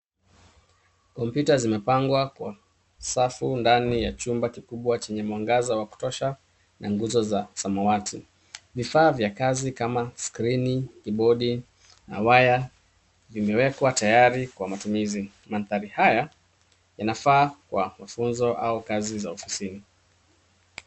Kompyuta zimepangwa kwa safu ndani ya chumba kikubwa chenye mwangaza wa kutosha na nguzo za samawati. Vifaa vya kazi kama skrini, kibodi na waya vimewekwa tayari kwa matumizi. Mandhari haya, yanafaa kwa mafunzo au kazi za ofisini.